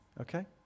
Okay